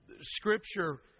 Scripture